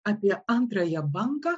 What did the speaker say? apie antrąją bangą